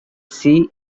sea